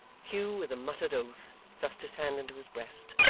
hugh with a muttered oath thrust his hand into his breast,